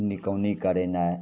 निकौनी करेनाइ